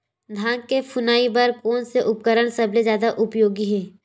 धान के फुनाई बर कोन से उपकरण सबले जादा उपयोगी हे?